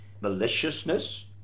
Maliciousness